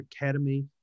Academy